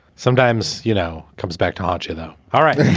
sometimes, you know, comes back to haunt you, though. all right.